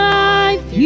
life